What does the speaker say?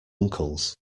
uncles